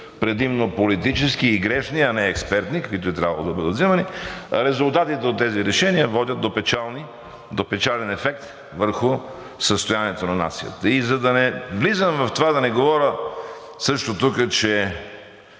предимно политически и грешни, а не експертни, каквито е трябвало да бъдат взимани, резултатите от тези решения водят до печален ефект върху състоянието на нацията. И за да не влизам в това, да не говоря също тук, че